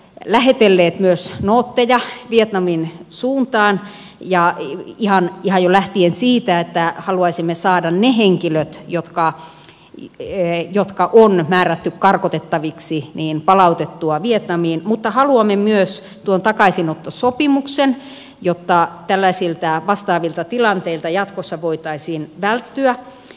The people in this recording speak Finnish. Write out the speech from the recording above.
olemme myös lähetelleet nootteja vietnamin suuntaan ihan jo lähtien siitä että haluaisimme saada ne henkilöt jotka on määrätty karkotettaviksi palautettua vietnamiin mutta haluamme myös tuon takaisinottosopimuksen jotta tällaisilta vastaavilta tilanteilta jatkossa voitaisiin välttyä